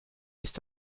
ist